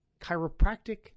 Chiropractic